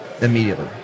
immediately